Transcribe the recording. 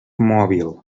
mòbil